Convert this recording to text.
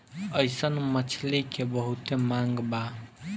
अइसन मछली के बहुते मांग बा